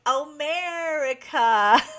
America